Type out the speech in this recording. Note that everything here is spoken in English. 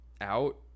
out